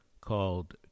called